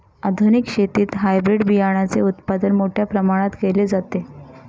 आधुनिक शेतीत हायब्रिड बियाणाचे उत्पादन मोठ्या प्रमाणात केले जाते